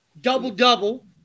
double-double